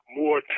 more